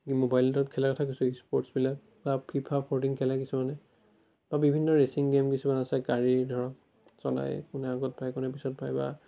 ম'বাইলত খেলাৰ কথা কৈছোঁ স্পৰ্টছবিলাক বা ফ্ৰী ফায়াৰ ফ'ৰ্টিন খেলে কিছুমানে বা বিভিন্ন ৰেচিং গেম কিছুমান আছে গাড়ীৰ ধৰক চলাই কোনে আগত পাই কোনে পিছত পাই বা